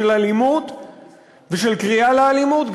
של אלימות ושל קריאה לאלימות,